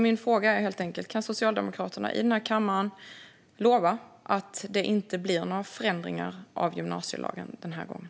Min fråga är alltså helt enkelt: Kan Socialdemokraterna i denna kammare lova att det inte blir några förändringar av gymnasielagen den här gången?